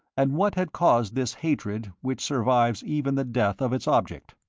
and what had caused this hatred which survives even the death of its object?